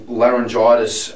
laryngitis